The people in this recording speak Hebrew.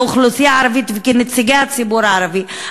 כאוכלוסייה ערבית וכנציגי הציבור הערבי,